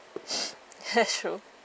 !huh! true